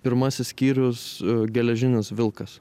pirmasis skyrius geležinis vilkas